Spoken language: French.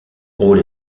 rôle